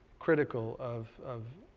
critical of of